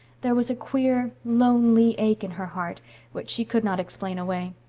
there was a queer, lonely ache in her heart which she could not explain away.